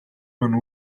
маань